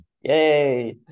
yay